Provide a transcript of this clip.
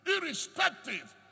Irrespective